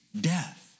death